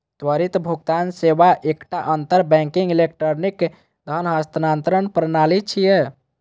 त्वरित भुगतान सेवा एकटा अंतर बैंकिंग इलेक्ट्रॉनिक धन हस्तांतरण प्रणाली छियै